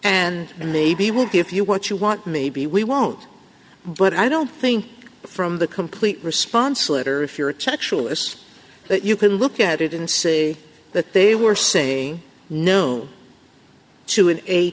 and maybe we'll give you what you want maybe we won't but i don't think from the complete response letter if you're textualists that you can look at it and see that they were saying no to an a